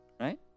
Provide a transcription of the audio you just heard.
Right